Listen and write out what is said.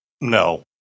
No